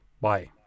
Bye